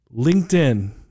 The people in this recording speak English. LinkedIn